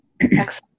Excellent